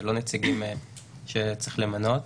אלה לא נציגים שצריך למנות.